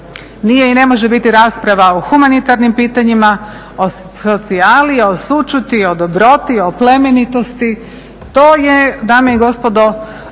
nije i ne može biti rasprava o humanitarnim pitanjima, o socijali, o sućuti, o dobroti, o plemenitosti, to je dame i gospodo